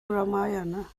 ramayana